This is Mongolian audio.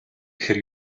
гэхээр